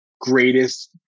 greatest